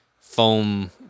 foam